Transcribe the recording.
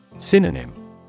synonym